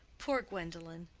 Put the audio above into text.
poor gwendolen!